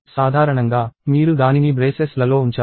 కాబట్టి సాధారణంగా మీరు దానిని బ్రేసెస్ లలో ఉంచారు